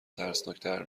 ترسناکتر